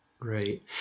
right